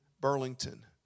Burlington